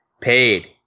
paid